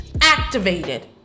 activated